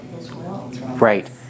Right